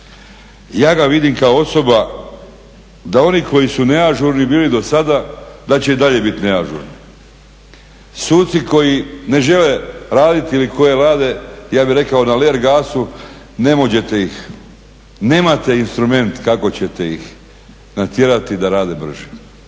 Ja ga vidim kao osoba, da oni koji su neažurni bili do sada, da će i dalje biti neažurni. Suci koji ne žele raditi ili koji rade na … gasu, ne možete ih, nemate instrument kako ćete ih natjerati da rade brže